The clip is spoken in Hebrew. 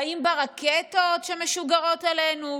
האם ברקטות שמשוגרות אלינו?